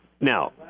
Now